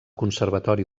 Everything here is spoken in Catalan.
conservatori